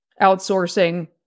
outsourcing